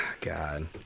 god